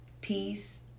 Peace